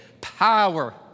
power